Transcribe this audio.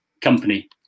company